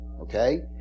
okay